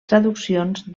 traduccions